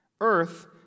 Earth